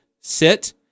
sit